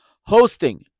hosting